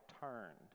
turned